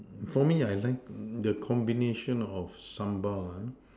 for me I like the combination of sambal